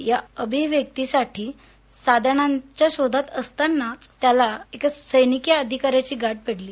या अभिव्यक्तीसाठी साधनांच्या शोधात असतानाच त्याची गाठ एका सैनिकी अधिकाऱ्याशी पडली